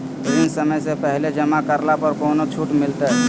ऋण समय से पहले जमा करला पर कौनो छुट मिलतैय?